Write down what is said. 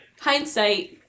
hindsight